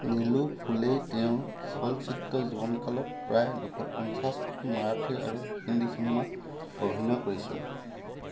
নীলু ফুলেই তেওঁৰ চলচ্চিত্ৰ জীৱনকালত প্ৰায় দুশ পঞ্চাছখন মাৰাঠী আৰু হিন্দী চিনেমাত অভিনয় কৰিছিল